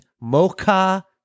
Mocha